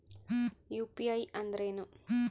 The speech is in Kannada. ಯು.ಪಿ.ಐ ಅಂದ್ರೇನು?